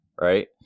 right